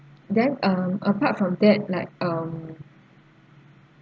then um apart from that like um